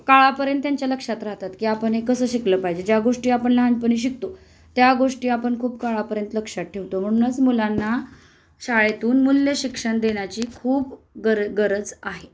काळापर्यंत त्यांच्या लक्षात राहतात की आपण हे कसं शिकलं पाहिजे ज्या गोष्टी आपण लहानपणी शिकतो त्या गोष्टी आपण खूप काळापर्यंत लक्षात ठेवतो म्हणूनच मुलांना शाळेतून मूल्य शिक्षण देण्याची खूप गर गरज आहे